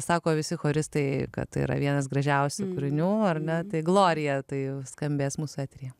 sako visi choristai kad tai yra vienas gražiausių kūrinių ar ne tai glorija tai skambės mūsų eteryje